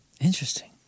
Interesting